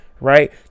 right